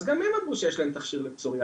אז גם הם אמרו שיש להם תכשיר לפסוריאזיס.